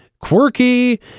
quirky